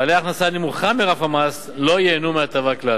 בעלי ההכנסה הנמוכה מרף המס לא ייהנו מההטבה כלל.